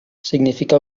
significa